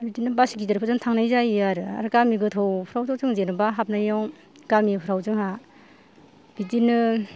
बिदिनो बास गिदिर फोरजों थांनाय जायो आरो आरो गामि गोथौफ्रावथ' जों जेनबा हाबनायाव गामिफ्राव जोंहा बिदिनो